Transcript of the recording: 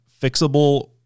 fixable